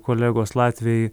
kolegos latvijoj